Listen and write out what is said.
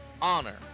honor